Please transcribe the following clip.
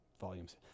volumes